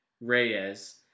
Reyes